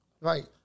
Right